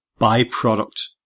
byproduct